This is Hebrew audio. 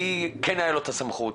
מי כן הייתה לו את הסמכות?